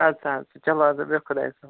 اَدٕ سا اَدٕ سا چلو اَدٕ حظ بِہِو خۄدایَس حوال